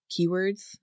keywords